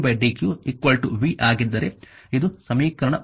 ಮತ್ತು ಅದು dw dq v ಆಗಿದ್ದರೆ ಇದು 1